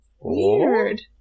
Weird